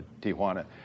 Tijuana